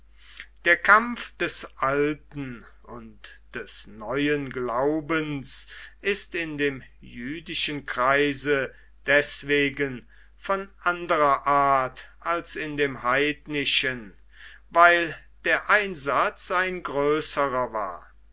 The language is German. der kampf des alten und des neuen glaubens ist in dem jüdischen kreise deswegen von anderer art als in dem heidnischen weil der einsatz ein größerer war